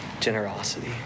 generosity